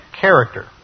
character